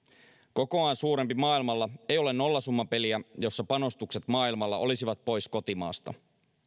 kokoaan suurempi maailmalla ei ole nollasummapeliä jossa panostukset maailmalla olisivat pois kotimaasta